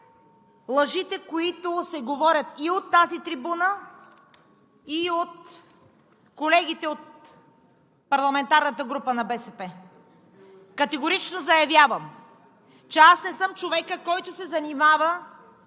лъжите, които се говорят и от тази трибуна, и от колегите от парламентарната група на БСП. Категорично заявявам, че аз не съм човекът, който се занимава